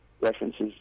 references